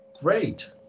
great